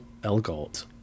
Elgort